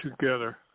Together